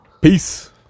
Peace